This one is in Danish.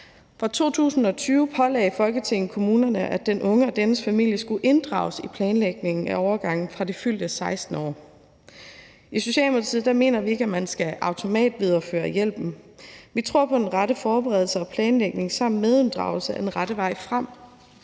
Fra 2020 pålagde Folketinget kommunerne, at den unge og dennes familie skulle inddrages i planlægningen af overgangen fra det fyldte 16. år. I Socialdemokratiet mener vi ikke, at man automatisk skal videreføre hjælpen. Vi tror på, at den rette forberedelse og planlægning samt medinddragelse er den rette vej frem.